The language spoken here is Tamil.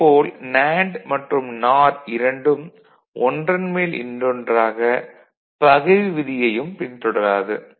இதே போல் நேண்டு மற்றும் நார் இரண்டும் ஒன்றன் மேல் இன்னொன்றாக பகிர்வு விதியையும் பின்தொடராது